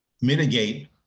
mitigate